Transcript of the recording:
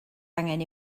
angen